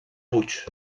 puig